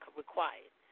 required